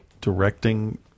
directing